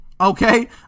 okay